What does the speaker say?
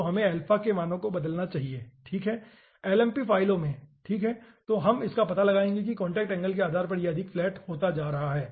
तो हमें अल्फ़ा के मानों को बदलना चाहिए ठीक है lmp फाइलों में ठीक है तो हम यह पता लगाएंगे कि कांटेक्ट एंगल के आधार पर यह अधिक फ्लैट होता जा रहा है